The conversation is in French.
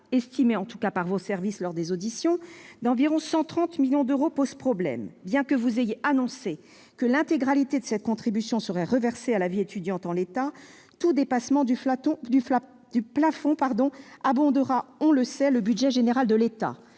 estimé par vos services lors des auditions -d'environ 130 millions d'euros, pose problème. Bien que vous ayez annoncé que l'intégralité de cette contribution serait reversée à la vie étudiante, en l'état, tout dépassement du plafond abondera, on le sait, le budget général de l'État.